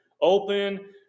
Open